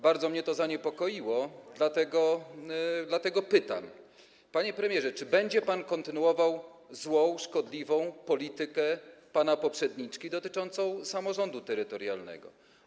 Bardzo mnie to zaniepokoiło, dlatego pytam: Panie premierze, czy będzie pan kontynuował złą, szkodliwą politykę pana poprzedniczki dotyczącą samorządu terytorialnego?